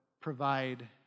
provide